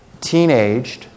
teenaged